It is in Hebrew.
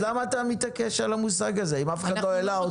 אז למה אתה מתעקש על המושג הזה אם אף אחד לא העלה אותו?